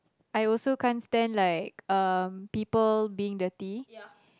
I also can't stand like people being dirty